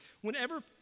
Whenever